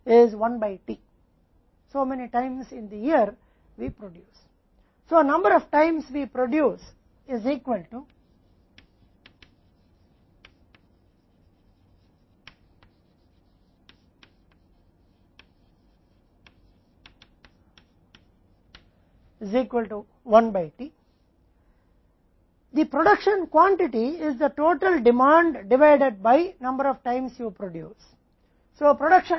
इसलिए हमारे द्वारा उत्पादित समय की संख्या 1 के बराबर है टी द्वारा उत्पादन मात्रा कुल मांग है जो आपके द्वारा उत्पादित समय की संख्या से विभाजित है